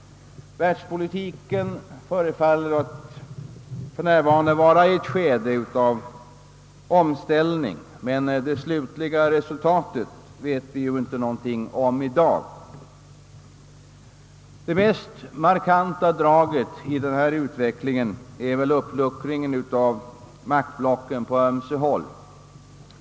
Världspolitiken förefaller för närvarande vara inne i ett skede av omställning, men det slutliga resultatet vet vi i dag ingenting om. Det mest markanta draget i denna omställningsprocess är uppluckringen av maktblocken på ömse sidor.